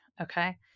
okay